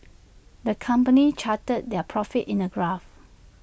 the company charted their profits in A graph